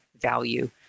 value